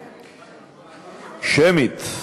שמית.